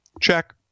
check